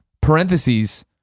parentheses